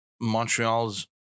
Montreal's